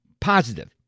positive